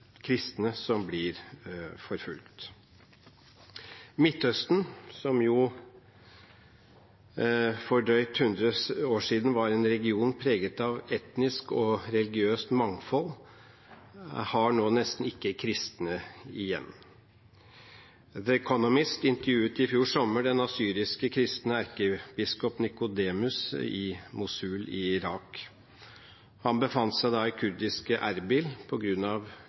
kristne som blir forfulgt. Midtøsten, som for drøyt 100 år siden var en region preget av etnisk og religiøst mangfold, har nå nesten ikke kristne igjen. The Economist intervjuet i fjor sommer den assyrisk-kristne erkebiskop Nicodemus i Mosul i Irak. Han befant seg da i kurdiske Erbil